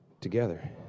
together